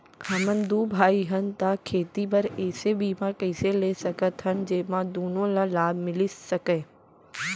हमन दू भाई हन ता खेती बर ऐसे बीमा कइसे ले सकत हन जेमा दूनो ला लाभ मिलिस सकए?